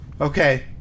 okay